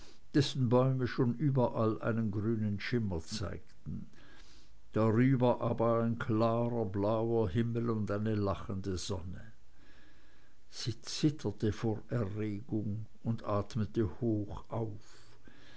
dessen bäume schon überall einen grünen schimmer zeigten darüber aber ein klarer blauer himmel und eine lachende sonne sie zitterte vor erregung und atmete hoch auf